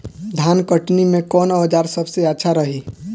धान कटनी मे कौन औज़ार सबसे अच्छा रही?